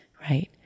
right